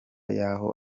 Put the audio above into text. y’aho